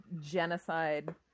genocide